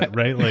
but right. like